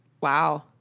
Wow